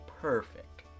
perfect